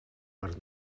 per